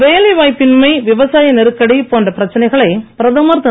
வேலை வாய்ப்பின்மை விவசாய நெருக்கடி போன்ற பிரச்சனைகளை பிரதமர் திரு